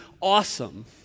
awesome